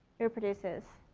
who produces?